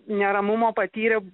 neramumo patyrė